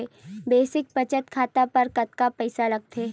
Basic बचत खाता बर कतका पईसा लगथे?